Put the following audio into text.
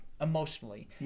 Emotionally